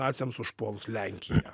naciams užpuolus lenkiją